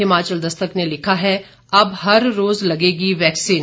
हिमाचल दस्तक ने लिखा है अब हर रोज लगेगी वैक्सीन